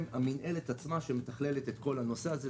והמינהלת עצמה שמתכללת את כל הנושא הזה.